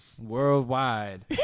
worldwide